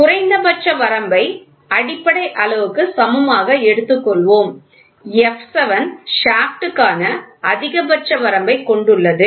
குறைந்தபட்ச வரம்பை அடிப்படை அளவுக்கு சமமாக எடுத்துக் கொள்வோம் f7 ஷாப்ட் க்கான அதிகபட்ச வரம்பைக் கொண்டுள்ளது